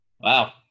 wow